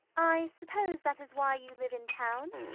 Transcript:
i suppose that is why you live in town?